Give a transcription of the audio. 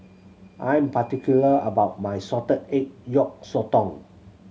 I am particular about my salted egg yolk sotong